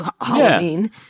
Halloween